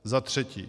Za třetí.